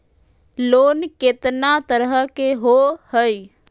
Loan केतना तरह के होअ हई?